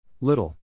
Little